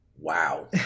Wow